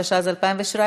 התשע"ז 2017,